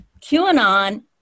QAnon